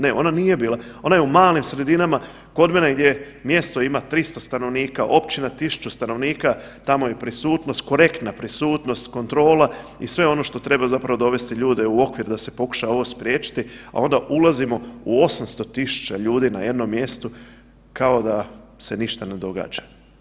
Ne ona nije bila, ona je u malim sredinama kod mene gdje mjesto ima 300 stanovnika, općina 1000 stanovnika, tamo je prisutnost, korektna prisutnost, kontrola i sve ono što treba zapravo dovesti ljude u okvir da se pokuša ovo spriječiti, a onda ulazimo u 800 000 ljudi na jednom mjestu kao da se ništa ne događa.